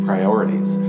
Priorities